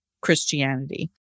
Christianity